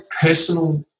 personal